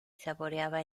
saboreaba